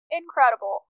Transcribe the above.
incredible